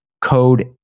code